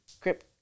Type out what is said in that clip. grip